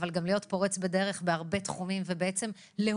אבל גם להיות פורץ דרך בהרבה תחומים ולהוביל